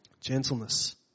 Gentleness